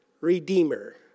redeemer